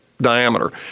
Diameter